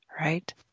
right